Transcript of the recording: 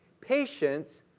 patience